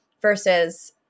versus